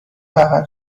بغل